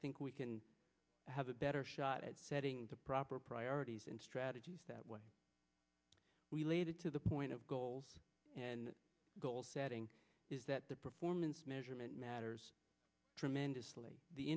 think we can have a better shot at setting the proper priorities and strategies that way we laid it to the point of goals and goal setting is that the performance measurement matters tremendously the